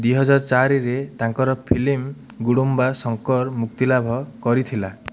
ଦୁଇ ହଜାର ଚାରିରେ ତାଙ୍କର ଫିଲ୍ମ ଗୁଡ଼ୁମ୍ବା ଶଙ୍କର ମୁକ୍ତିଲାଭ କରିଥିଲା